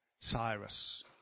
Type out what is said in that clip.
Cyrus